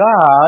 God